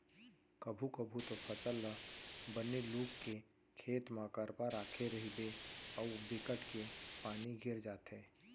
कभू कभू तो फसल ल बने लू के खेत म करपा राखे रहिबे अउ बिकट के पानी गिर जाथे